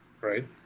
right